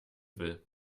will